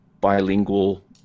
bilingual